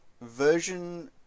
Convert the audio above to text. version